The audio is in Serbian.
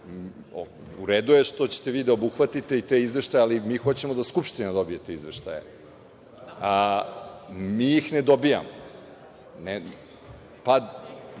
redu je što ćete vi da obuhvatite i te izveštaje, ali mi hoćemo da Skupština dobije te izveštaje. Mi ih ne dobijamo.